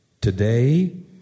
today